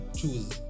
choose